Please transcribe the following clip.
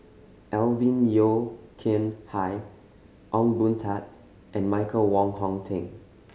Alvin Yeo Khirn Hai Ong Boon Tat and Michael Wong Hong Teng